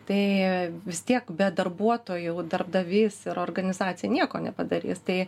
tai vis tiek be darbuotojų darbdavys ir organizacija nieko nepadarys tai